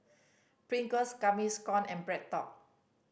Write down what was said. Pringles Gaviscon and BreadTalk